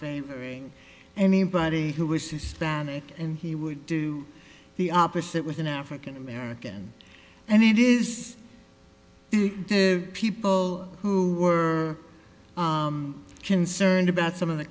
favoring anybody who was hispanic and he would do the opposite with an african american and it is the people who are concerned about some of the